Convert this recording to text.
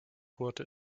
wurde